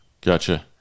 Gotcha